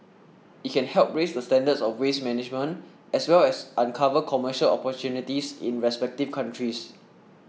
it can help raise the standards of waste management as well as uncover commercial opportunities in the respective countries